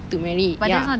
to marry ya